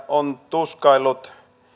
on tuskaillut